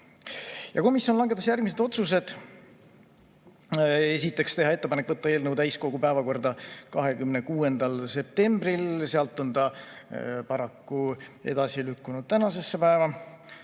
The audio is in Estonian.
Komisjon langetas järgmised otsused. Esiteks, teha ettepanek võtta eelnõu täiskogu päevakorda 26. septembril, sealt on see paraku lükkunud tänasesse päeva.